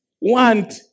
want